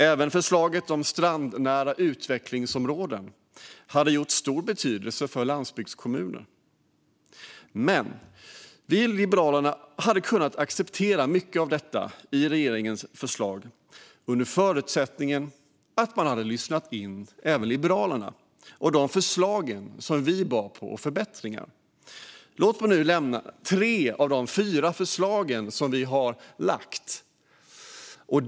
Även förslaget om strandnära utvecklingsområden hade haft stor betydelse för landsbygdskommuner. Vi i Liberalerna hade kunnat acceptera mycket i regeringens förslag under förutsättning att man hade lyssnat in även Liberalerna och våra förslag på förbättringar. Låt mig nu nämna tre av de fyra förslag som vi har lagt fram.